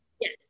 Yes